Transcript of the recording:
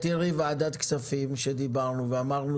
תראי ועדת כספים שדיברנו ואמרנו,